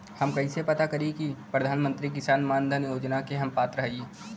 हम कइसे पता करी कि प्रधान मंत्री किसान मानधन योजना के हम पात्र हई?